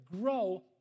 grow